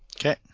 Okay